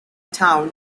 town